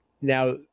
now